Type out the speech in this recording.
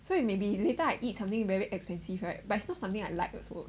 so it may be later I eat something very expensive right but it's not something I like also